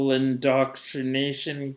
indoctrination